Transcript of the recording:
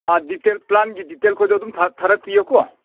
detail ꯄ꯭ꯂꯥꯟꯒꯤ detail ꯈꯣꯏꯗꯨ ꯑꯗꯨꯝ ꯊꯥꯔꯛꯄꯤꯌꯣ ꯀꯣ